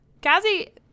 Cassie